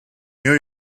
new